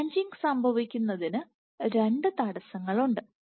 branching സംഭവിക്കുന്നതിന് രണ്ട് തടസ്സങ്ങളുണ്ട്